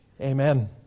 Amen